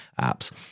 apps